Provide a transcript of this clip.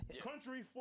country